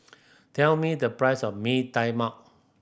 tell me the price of Mee Tai Mak